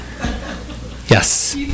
Yes